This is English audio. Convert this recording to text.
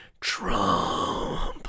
Trump